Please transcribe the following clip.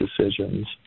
decisions